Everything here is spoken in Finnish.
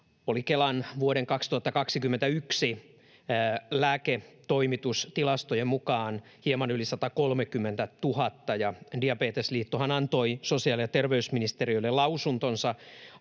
oli Kelan vuoden 2021 lääketoimitustilastojen mukaan hieman yli 130 000, ja Diabetesliittohan antoi sosiaali- ja terveysministeriölle lausuntonsa